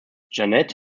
jeanette